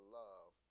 love